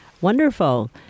Wonderful